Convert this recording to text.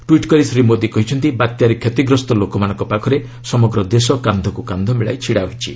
tweet କରି ଶ୍ରୀ ମୋଦି କହିଛନ୍ତି ବାତ୍ୟାରେ କ୍ଷତିଗ୍ରସ୍ତ ଲୋକମାନଙ୍କ ପାଖରେ ସମଗ୍ର ଦେଶ କାନ୍ଧକ୍ କାନ୍ଧ ମିଳାଇ ଛିଡ଼ା ହୋଇଛି